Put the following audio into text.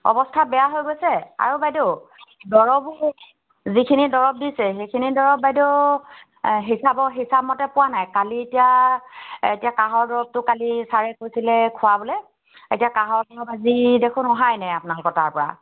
অৱস্থা বেয়া হৈ গৈছে আৰু বাইদেউ দৰবো যিখিনি দৰব দিছে সেইখিনি দৰব বাইদেউ হিচাপৰ হিচাপমতে পোৱা নাই কালি এতিয়া এতিয়া কাহৰ দৰবটো কালি ছাৰে কৈছিলে খোৱাবলৈ এতিয়া কাহৰ দৰব আজি দেখোন অহায়ে নাই আপোনালোকৰ তাৰপৰা